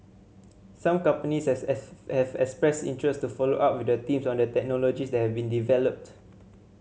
some companies has have expressed interest to follow up with the teams on the technologies that have been developed